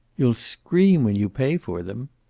you'll scream when you pay for them.